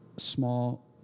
small